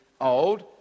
old